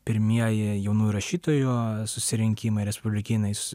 pirmieji jaunųjų rašytojų susirinkimai respublikinis